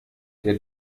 der